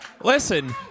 Listen